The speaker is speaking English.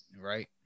right